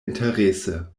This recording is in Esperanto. interese